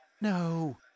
No